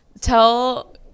tell